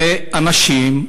זה אנשים,